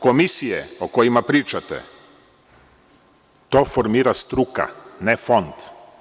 Komisije o kojima pričate, to formira struka, ne Fond.